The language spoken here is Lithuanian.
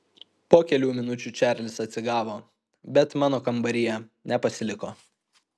po kelių minučių čarlis atsigavo bet mano kambaryje nepasiliko